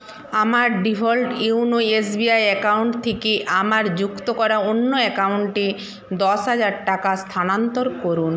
আমার default YONO S B I account থেকে আমার যুক্ত করা অন্য অ্যাকাউন্টে দশ হাজার টাকা স্থানান্তর করুন